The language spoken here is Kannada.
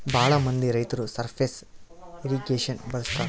ಭಾಳ ಮಂದಿ ರೈತರು ಸರ್ಫೇಸ್ ಇರ್ರಿಗೇಷನ್ ಬಳಸ್ತರ